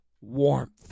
warmth